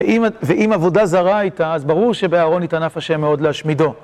ואם עבודה זרה הייתה, אז ברור שבאהרון התענף השם מאוד להשמידו.